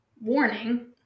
warning